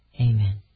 Amen